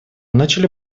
начали